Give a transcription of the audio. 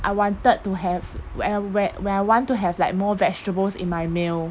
I wanted to have when I whe~ when I want to have like more vegetables in my meal